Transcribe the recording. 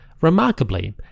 Remarkably